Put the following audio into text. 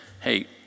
hey